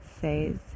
says